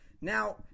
Now